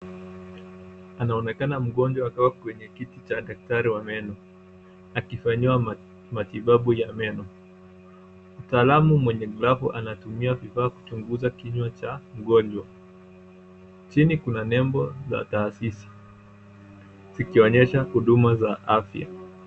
Anaonekana mgonjwa akiwa kwenye kiti cha daktari wa meno akifanyiwa matibabu ya meno. Mtaalamu mwenye glavu anatumia vifaa kuchunguza kinywa cha mgonjwa. Chini kuna nembo za taasisi zikionyesha huduma za afya.